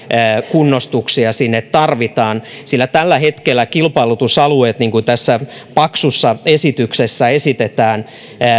kunnostuksia sinne tarvitaan tällä hetkellä kilpailutusalueet niin kuin tässä paksussa esityksessä todetaan